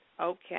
Okay